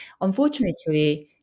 Unfortunately